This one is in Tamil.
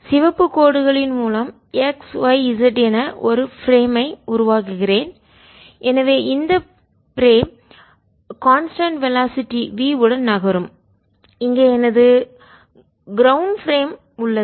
சிவப்பு கோடுகளின் மூலம் x y z என ஒரு பிரேம் ஐ சட்டகத்தை உருவாக்குகிறேன் எனவே இந்த பிரேம் கான்ஸ்டன்ட் வெலாசிட்டி நிலையான வேகம் v உடன் நகரும் இங்கே எனது க்ரௌண்ட் பிரேம் தரை சட்டகம் உள்ளது